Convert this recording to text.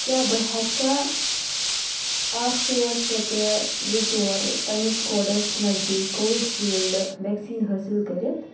کیٛاہ بہٕ ہیٚکیا اکھ ژور شیٚے ترٛےٚ زٕ ژور پنس کوڈس نزدیٖک کووِشیٖلڈ ویکسیٖن حٲصِل کٔرِتھ؟